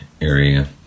area